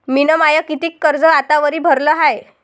मिन माय कितीक कर्ज आतावरी भरलं हाय?